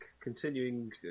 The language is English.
continuing